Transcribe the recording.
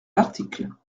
l’article